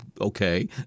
okay